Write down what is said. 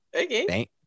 okay